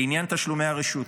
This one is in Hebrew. לעניין תשלומי הרשות,